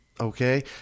okay